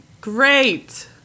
Great